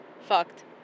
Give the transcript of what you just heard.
fucked